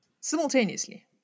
Simultaneously